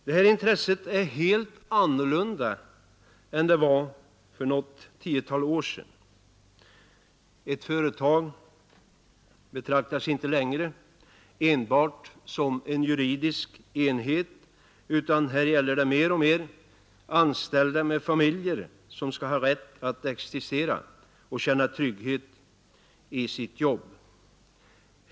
Detta intresse är helt annorlunda än det var för något tiotal år sedan. Ett företag betraktas inte längre enbart som en juridisk enhet, utan det gäller mer och mer anställda med familjer, som skall ha rätt att existera och känna trygghet i sitt jobb.